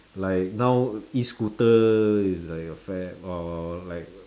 like now E scooter is like a fad or like